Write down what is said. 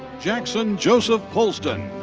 jackson joseph polston.